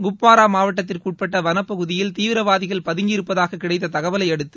குப்வாரா மாவட்டத்திற்குட்பட்ட வனப்பகுதியில் தீவிரவாதிகள் பதுங்கியிருப்பதாக கிடைத்த தகவலை அடுத்து